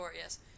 yes